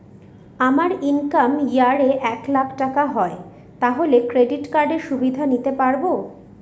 আমার income year এ এক লাক টাকা হয় তাহলে ক্রেডিট কার্ড এর সুবিধা নিতে পারবো?